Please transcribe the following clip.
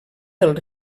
del